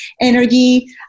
energy